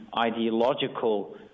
ideological